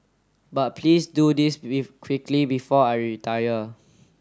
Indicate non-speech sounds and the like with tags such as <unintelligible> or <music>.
but please do this <unintelligible> quickly before I retire